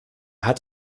hat